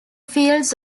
fields